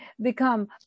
become